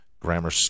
Grammar